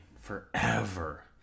forever